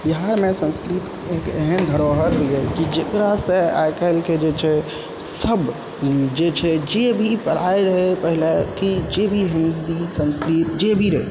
बिहारमे संस्कृत एक एहन धरोहर यऽ कि जेकरा से आइ काल्हिके जे छै सब जे छै जे भी पढ़ाइ रहै पहले कि जे भी हम हिन्दी संस्कृत जे भी रहै